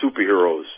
superheroes